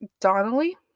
Donnelly